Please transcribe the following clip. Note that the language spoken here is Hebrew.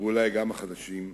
ואולי גם החדשים,